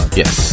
yes